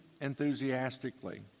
enthusiastically